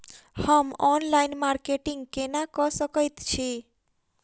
हम online marketing केना कऽ सकैत छी?